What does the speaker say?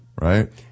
right